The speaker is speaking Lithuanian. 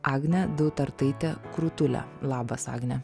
agne dautartaite krutule labas agne